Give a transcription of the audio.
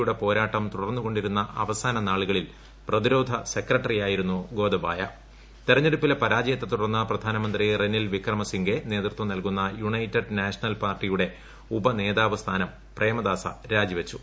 യുടെ പോരാട്ടം തുടർന്നു കൊണ്ട്ടിരുന്ന അവസാന നാളുകളിൽ പ്രതിരോധ സെക്രട്ടറിയായിരുന്നു ഗോദ്ദബ്ലായ് തെരഞ്ഞെടുപ്പിലെ പരാജയത്തെ തുടർന്ന് പ്രധാനമന്ത്രി റെനിൽ വിക്രമസിംഗെ നേതൃത്വം നൽകുന്ന യുണൈറ്റെഡ് നാഷണൽ പാർട്ടിയുടെ ഉപനേതാവ് സ്ഥാനം പ്രേമദാസ രാജിവച്ചു